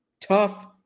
Tough